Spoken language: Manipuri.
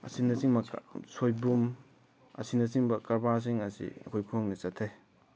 ꯑꯁꯤꯅꯆꯤꯡꯕ ꯁꯣꯏꯕꯨꯝ ꯑꯁꯤꯅꯆꯤꯡꯕ ꯀꯕꯥꯔꯁꯤꯡ ꯑꯁꯤ ꯑꯩꯈꯣꯏ ꯈꯨꯡꯒꯪꯗ ꯆꯠꯊꯩ